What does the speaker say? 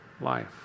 life